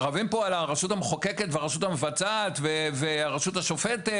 רבים פה על הרשות המחוקקת והרשות המבצעת והרשות השופטת,